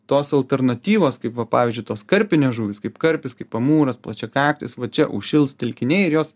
tos alternatyvos kaip va pavyzdžiui tos karpinės žuvys kaip karpis kaip amūras plačiakaktis va čia užšils telkiniai ir jos